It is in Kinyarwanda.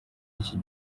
iki